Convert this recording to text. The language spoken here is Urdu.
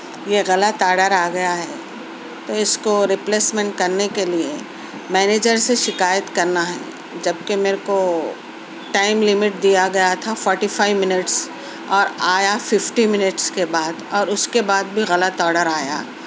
یہ غلط آرڈر آ گیا ہے تو اِس کو رپلسمنٹ کرنے کے لئے منیجر سے شکایت کرنا ہے جبکہ میرے کو ٹائم لمٹ دیا گیا تھا فورٹی فائف منٹس اور آیا ففٹی منٹس کے بعد اور اُس کے بعد بھی غلط آرڈر آیا